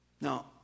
Now